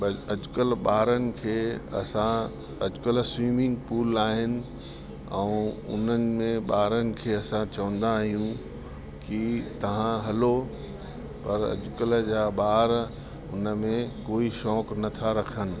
बल अॼुकल्ह ॿारनि खे असां अॼुकल्ह स्वीमिंग पूल आहिनि ऐं उन्हनि में ॿारनि खे असां चवंदा आहियूं की तव्हां हलो पर अॼुकल्ह जा ॿार उन में कोई शौक़ु नथा रखनि